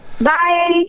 Bye